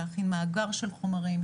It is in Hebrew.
להכין מאגר של חומרים,